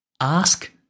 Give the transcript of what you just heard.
ask